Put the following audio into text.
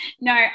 No